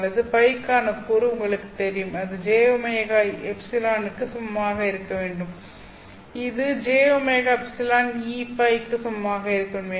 அல்லது Ø க்கான கூறு உங்களுக்குத் தெரியும் அது jωε க்கு சமமாக இருக்க வேண்டும் இது jωεEØ க்கு சமமாக இருக்க வேண்டும்